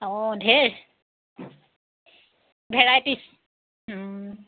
অঁ ধেৰ ভেৰাইটিছ